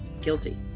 guilty